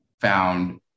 found